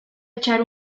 echar